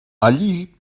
allí